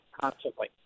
constantly